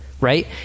right